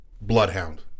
Bloodhound